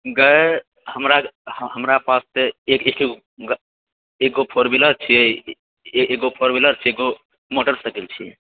हमरा पास तऽ एगो फोर व्हीलर छिऐ एगो फोर व्हीलर छिऐ एगो मोटरसाइकिल छिऐ